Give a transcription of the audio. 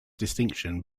distinction